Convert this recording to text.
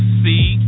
see